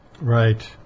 Right